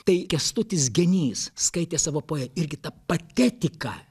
tai kęstutis genys skaitė savo poe irgi ta patetika